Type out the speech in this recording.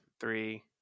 three